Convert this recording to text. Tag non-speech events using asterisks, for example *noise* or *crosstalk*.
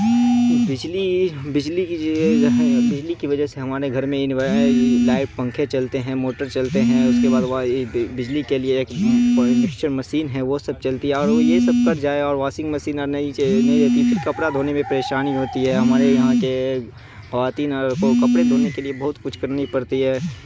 بجلی بجلی کی جگہ جو ہے نا بجلی کی وجہ سے ہمارے گھر میں انور لائٹ پنکھے چلتے ہیں موٹر چلتے ہیں اس کے بعد وائی بجلی کے لیے ایک مکسچر مسین ہے وہ سب چلتی ہے اور یہ سب کر جائے اور واسنگ مسین اور نہیں *unintelligible* رہتی ہے تو کپڑا دھونے میں پریشانی ہوتی ہے ہمارے یہاں کے خواتین کو کپڑے دھونے کے لیے بہت کچھ کرنی پڑتی ہے